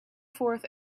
forth